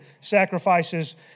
sacrifices